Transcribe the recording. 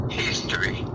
history